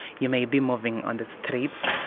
you may be moving on the streets,